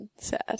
Sad